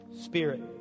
Spirit